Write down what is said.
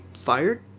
fired